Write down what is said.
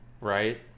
right